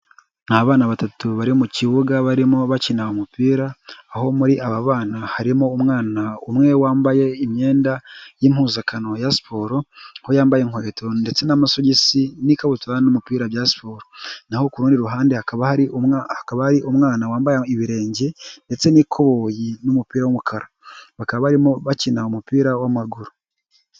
Ni abana batatu bari mu kibuga barimo bakina umupira aho muri aba bana harimo umwana umwe wambaye imyenda y'impuzankano ya siporo ko yambaye inkweto ndetse n'amasogisi n'ikabutura n'umupira bya siporo naho ku rundi ruhande hakaba hari umwana wambaye ibirenge ndetse n'ikoboyi n'umupira w'umukara bakaba barimo bakina umupira wmaguru.